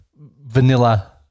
vanilla